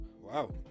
wow